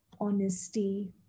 honesty